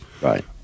right